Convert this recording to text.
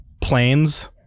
planes